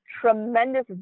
tremendous